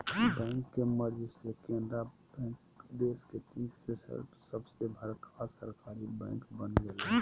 bank के merge से Canara bank देश के तीसर सबसे बड़का सरकारी बैंक बन गेलय